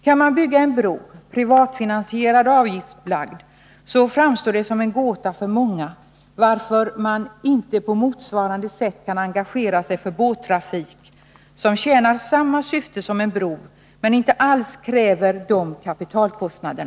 Kan man bygga en bro, privatfinansierad och avgiftsbelagd, framstår det som en gåta för många varför man inte på motsvarande sätt kan engagera sig för båttrafik, som tjänar samma syfte som en bro men inte alls kräver lika stora kapitalkostnader.